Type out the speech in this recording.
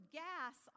gas